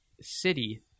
city